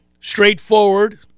straightforward